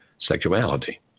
sexuality